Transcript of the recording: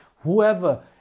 whoever